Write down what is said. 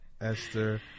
Esther